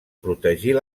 protegir